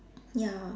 ya